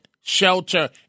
shelter